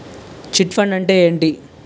Chit fund అంటే ఏంటి?